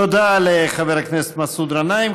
תודה לחבר הכנסת מסעוד גנאים.